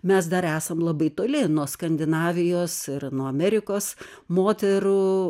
mes dar esam labai toli nuo skandinavijos ir nuo amerikos moterų